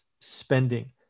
spending